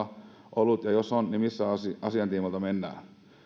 ollut ja jos on niin missä asian tiimoilta mennään